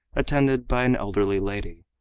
attended by an elderly lady,